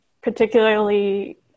particularly